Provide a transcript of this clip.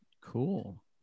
Cool